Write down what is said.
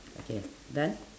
okay done